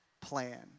plan